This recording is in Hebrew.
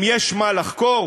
אם יש מה לחקור,